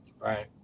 Right